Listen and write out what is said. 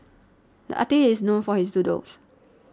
the artist is known for his doodles